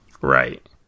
Right